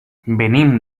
venim